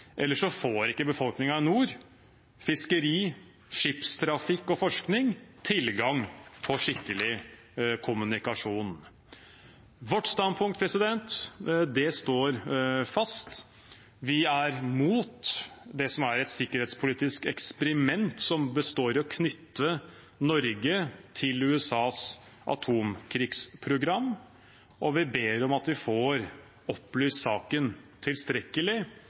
eller så får ikke befolkningen i nord, fiskeriene, skipstrafikken og forskningen tilgang på skikkelig kommunikasjon. Vårt standpunkt står fast. Vi er imot det som er et sikkerhetspolitisk eksperiment, som består i å knytte Norge til USAs atomkrigsprogram, og vi ber om at vi får opplyst